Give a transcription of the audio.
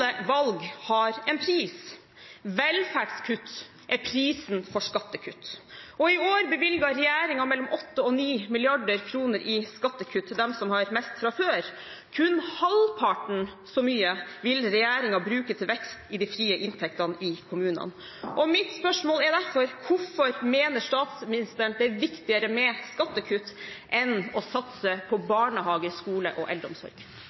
valg har en pris. Velferdskutt er prisen for skattekutt. I år bevilget regjeringen mellom 8 og 9 mrd. kr i skattekutt til dem som har mest fra før. Kun halvparten så mye vil regjeringen bruke til vekst i de frie inntektene i kommunene. Mitt spørsmål er derfor: Hvorfor mener statsministeren det er viktigere med skattekutt enn å satse på barnehage, skole og eldreomsorg? Denne regjeringen satser på skole, vi satser på eldreomsorg,